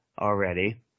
already